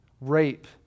rape